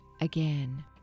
Again